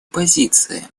позициям